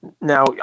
Now